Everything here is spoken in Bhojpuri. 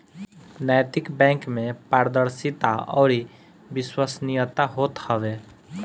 नैतिक बैंक में पारदर्शिता अउरी विश्वसनीयता होत हवे